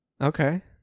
Okay